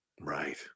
Right